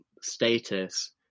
status